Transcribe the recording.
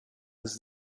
was